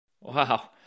Wow